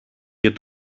και